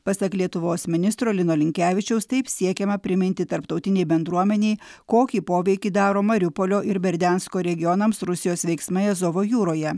pasak lietuvos ministro lino linkevičiaus taip siekiama priminti tarptautinei bendruomenei kokį poveikį daro mariupolio ir berdensko regionams rusijos veiksmai azovo jūroje